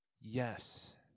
Yes